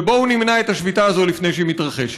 ובואו נמנע את השביתה הזאת לפני שהיא מתרחשת.